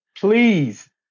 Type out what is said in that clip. please